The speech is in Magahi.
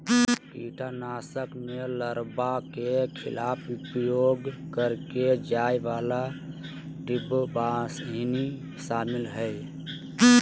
कीटनाशक में लार्वा के खिलाफ उपयोग करेय जाय वाला डिंबवाहिनी शामिल हइ